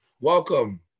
welcome